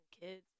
kids